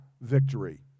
victory